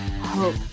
hope